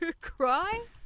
Cry